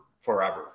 forever